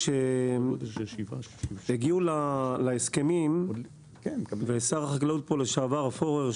כשהגיעו להסכמים ושר החקלאות לשעבר פורר,